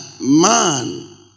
man